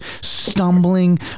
stumbling